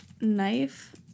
knife